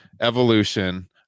evolution